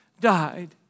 died